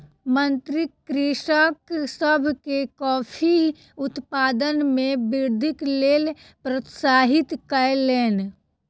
मंत्री कृषक सभ के कॉफ़ी उत्पादन मे वृद्धिक लेल प्रोत्साहित कयलैन